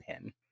pin